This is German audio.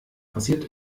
passiert